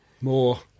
More